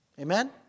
Amen